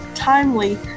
timely